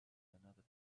another